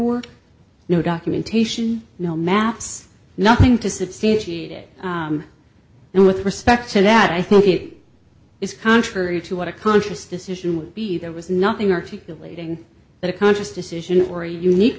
are no documentation no math nothing to substantiate it and with respect to that i think it is contrary to what a conscious decision would be there was nothing articulating that a conscious decision or a unique